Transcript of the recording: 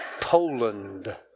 Poland